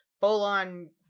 full-on